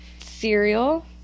cereal